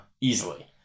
Easily